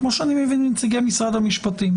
כמו שאני מבין מנציגי משרד המשפטים,